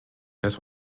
das